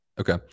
Okay